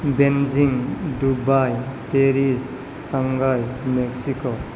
Beijing Dubai Paris Shanghai Mexico